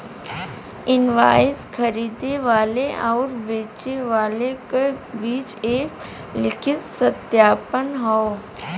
invoice खरीदे वाले आउर बेचे वाले क बीच एक लिखित सत्यापन हौ